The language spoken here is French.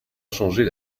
changer